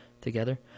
together